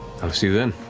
i will see you then.